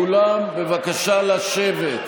כולם בבקשה לשבת.